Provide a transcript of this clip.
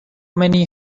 many